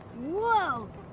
Whoa